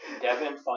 Devin